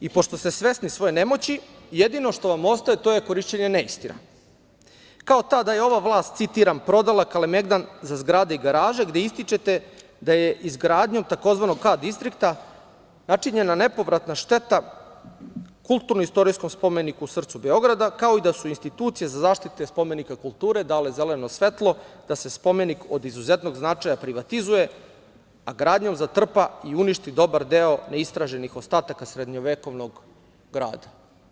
Pošto ste svesni svoje nemoći, jedino što vam ostaje to je korišćenje neistina, kao ta da je ova vlast, citiram, prodala Kalemegdan za zgrade i garaže, gde ističete da je izgradnjom takozvanog „K distrikta“ načinjena nepovratna šteta kulturno-istorijskom spomeniku u srcu Beograda, kao i da su institucije za zaštitu spomenika kulture dale zeleno svetlo da se spomenik od izuzetnog značaja privatizuje, a gradnjom zatrpa i uništi dobar deo neistraženih ostataka srednjevekovnog grada.